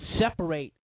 separate